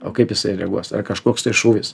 o kaip jisai reaguos ar kažkoks tai šūvis